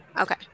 Okay